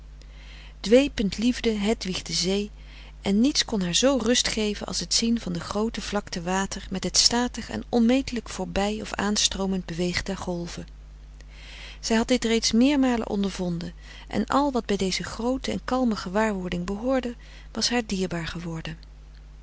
dwepend liefde hedwig de zee en niets kon haar zoo rust geven als het zien van de groote vlakte water met het statig en onmetelijk voorbij of aanstroomend beweeg der golven zij had dit reeds meermalen ondervonden en al wat bij deze groote en kalme gefrederik van eeden van de koele meren des doods waarwording behoorde was haar dierbaar geworden